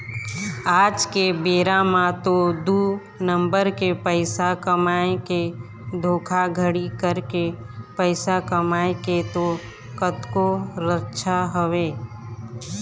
आज के बेरा म तो दू नंबर के पइसा कमाए के धोखाघड़ी करके पइसा कमाए के तो कतको रद्दा हवय